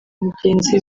mugenzi